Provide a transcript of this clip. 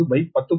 890